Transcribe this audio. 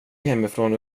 hemifrån